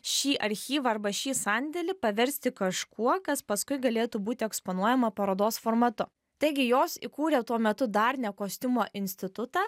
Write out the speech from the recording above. šį archyvą arba šį sandėlį paversti kažkuo kas paskui galėtų būti eksponuojama parodos formatu taigi jos įkūrė tuo metu dar ne kostiumų institutą